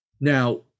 Now